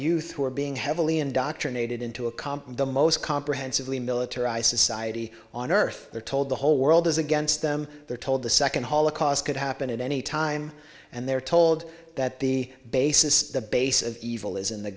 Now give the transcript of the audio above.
youth who are being heavily indoctrinated into a calm the most comprehensively militarized society on earth they're told the whole world is against them they're told the second holocaust could happen at any time and they're told that the base is the base of evil is in the